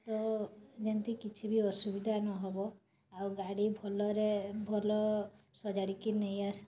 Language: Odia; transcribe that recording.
ତ ଯେମିତି କିଛିବି ଅସୁବିଧା ନହେବ ଆଉ ଗାଡ଼ି ଭଲରେ ଭଲ ସଜାଡ଼ିକି ନେଇ